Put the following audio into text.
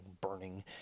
burning